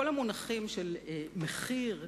כל המונחים של מחיר וכדאיות,